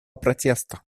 протеста